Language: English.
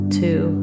two